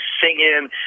singing